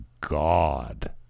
God